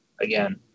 again